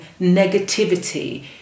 negativity